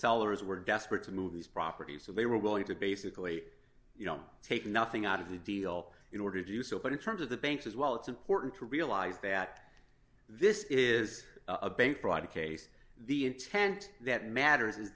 sellers were desperate to move these properties so they were willing to basically you don't take nothing out of the deal in order to do so but in terms of the banks as well it's important to realize that this is a bank fraud case the intent that matters is